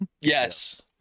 Yes